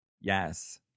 Yes